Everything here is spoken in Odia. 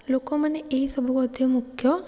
ଲୋକମାନେ ଏଇ ସବୁ ମଧ୍ୟ ମୁଖ୍ୟ